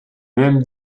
mêmes